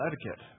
Etiquette